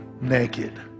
naked